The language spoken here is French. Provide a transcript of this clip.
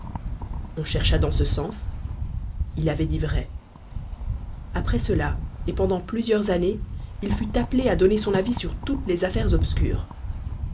on chercha dans ce sens il avait dit vrai après cela et pendant plusieurs années il fut appelé à donner son avis sur toutes les affaires obscures